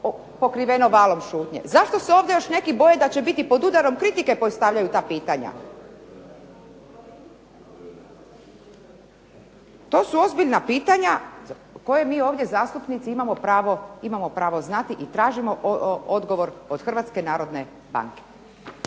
pokriveno valom šutnje. Zašto se još ovdje neki boje da će biti pod udarom kritike koji stavljaju ta pitanja. To su ozbiljna pitanja koje mi ovdje zastupnici imamo pravo znati i tražimo odgovor od Hrvatske narodne banke.